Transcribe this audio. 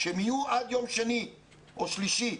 שהן יהיו עד יום שני או שלישי,